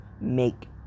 make